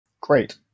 Great